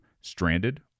stranded